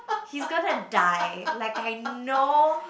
he's gonna die like I know